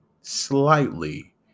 slightly